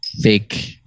fake